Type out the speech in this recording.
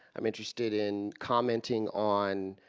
i'm interested in commenting on